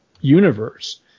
universe